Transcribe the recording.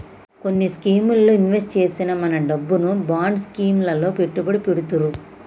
కొన్ని స్కీముల్లో ఇన్వెస్ట్ చేసిన మన డబ్బును బాండ్ స్కీం లలో పెట్టుబడి పెడతుర్రు